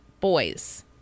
boys